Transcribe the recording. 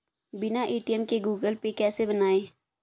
बिना ए.टी.एम के Google Pay कैसे बनायें?